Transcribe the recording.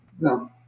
no